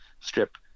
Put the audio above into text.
strip